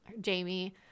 Jamie